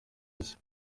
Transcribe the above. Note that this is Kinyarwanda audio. iki